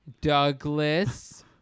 Douglas